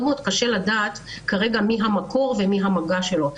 מאוד קשה לדעת כרגע מי המקור ומי המגע שלו.